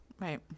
Right